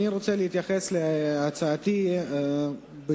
בדברי אני רוצה להתייחס לשתי סוגיות: